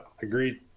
agreed